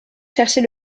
chercher